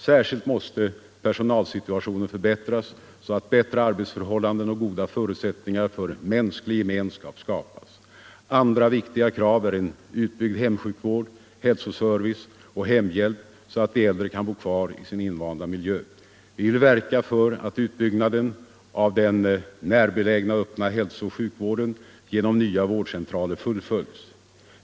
Särskilt måste personalsituationen förbättras, så att bättre arbetsförhållanden och goda förutsättningar för mänsklig gemenskap kan åstadkommas. Andra viktiga krav är en utbyggd hemsjukvård, hälsoservice och hemhjälp så att de äldre kan bo kvar i sin invanda miljö. Vi vill verka för att utbyggnaden av den närbelägna öppna hälsooch sjukvården genom nya vårdcentraler fullföljs.